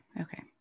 okay